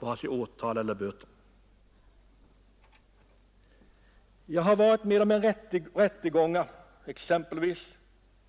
Jag har exempelvis varit med om rättegångar